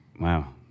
Wow